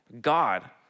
God